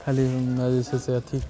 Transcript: खाली एहिमे जे छै से अथी